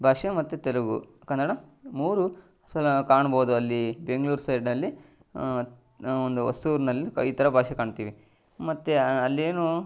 ಭಾಷೆ ಮತ್ತು ತೆಲುಗು ಕನ್ನಡ ಮೂರೂ ಸಹ ಕಾಣ್ಬೋದು ಅಲ್ಲಿ ಬೆಂಗ್ಳೂರು ಸೈಡ್ನಲ್ಲಿ ಒಂದು ಹೊಸೂರ್ನಲ್ಲಿ ಈ ಥರ ಭಾಷೆ ಕಾಣ್ತೀವಿ ಮತ್ತು ಅಲ್ಲೇನು